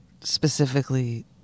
specifically